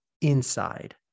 inside